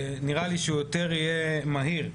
נראה לי שהוא יותר יהיה מהיר.